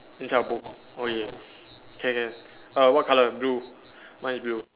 inside the book oh yeah can can uh what color blue mine is blue